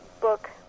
book